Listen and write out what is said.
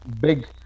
big